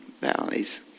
valleys